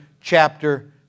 chapter